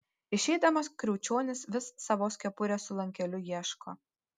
išeidamas kriaučionis vis savos kepurės su lankeliu ieško